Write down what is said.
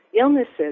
illnesses